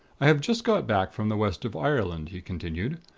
i have just got back from the west of ireland, he continued.